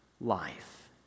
life